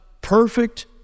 perfect